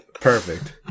Perfect